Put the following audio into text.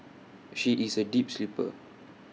she is A deep sleeper